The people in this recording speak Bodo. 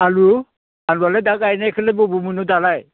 आलु आलुआलाय दा गायनायखोलाय बबाव मोननो दालाय